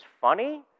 funny